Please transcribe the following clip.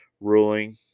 ruling